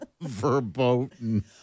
Verboten